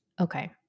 Okay